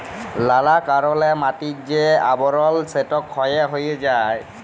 লালা কারলে মাটির যে আবরল সেট ক্ষয় হঁয়ে যায়